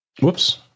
Whoops